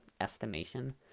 estimation